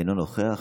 אינו נוכח,